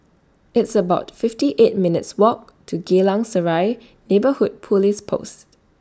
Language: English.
It's about fifty eight minutes' Walk to Geylang Serai Neighbourhood Police Post